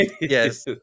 yes